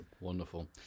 Wonderful